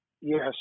Yes